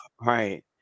Right